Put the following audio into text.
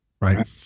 Right